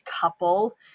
couple